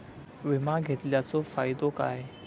विमा घेतल्याचो फाईदो काय?